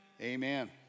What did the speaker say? amen